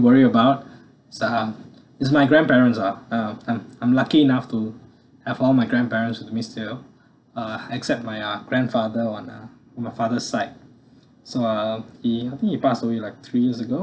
worry about is uh is my grandparents ah uh I'm I'm like lucky enough to have all my grandparents with me still uh except my uh grandfather on uh on my father side so uh he I think he passed away like three years ago